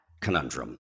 conundrum